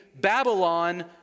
Babylon